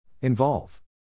Involve